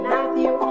Matthew